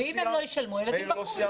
אני יודעת, ואם הם לא ישלמו, הילדים בחוץ.